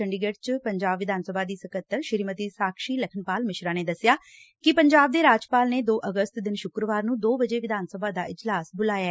ਚੰਡੀਗੜੁ 'ਚ ਪੰਜਾਬ ਵਿਧਾਨ ਸਭਾ ਦੀ ਸਕੱਤਰ ਸ਼੍ਰੀਮਤੀ ਸਾਕਸ਼ੀ ਲਖਨਪਾਲ ਮਿਸ਼ਰਾ ਨੇ ਦੱਸਿਆ ਕਿ ਪੰਜਾਬ ਦੇ ਰਾਜਪਾਲ ਨੇ ਦੋ ਅਗਸਤ ਦਿਨ ਸ੍ਰੱਕਰਵਾਰ ਨੂੰ ਦੋ ਵਜੇ ਵਿਧਾਨ ਸਭਾ ਦਾ ਇਜਲਾਸ ਬਾਲਇਐ